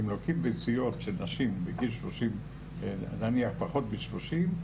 אם לוקחים ביציות של נשים בנות פחות מגיל 30,